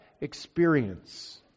experience